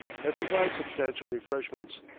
and provides substantial refreshments.